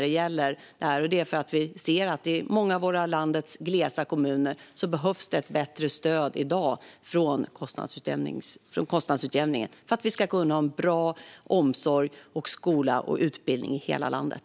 Det är för att vi ser att i många av landets glesbebodda kommuner behövs ett bättre stöd i dag från kostnadsutjämningen för att det ska finnas en bra omsorg, skola och utbildning i hela landet.